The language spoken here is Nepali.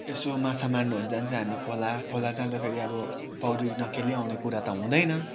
यसो माछा मार्नुहरू जान्छ हामी खोला खोला जाँदाखेरि अब पौडी नखेली आउने कुरा त हुँदैन